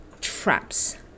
traps